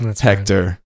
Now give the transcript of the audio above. Hector